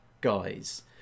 guys